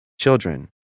Children